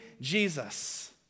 Jesus